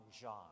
John